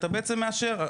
אתה בעצם מאשר.